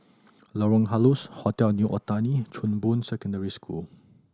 Lorong Halus Hotel New Otani Chong Boon Secondary School